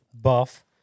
buff